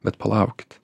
bet palaukit